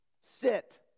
Sit